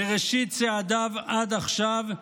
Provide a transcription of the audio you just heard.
מראשית צעדיו עד עכשיו,